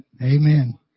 Amen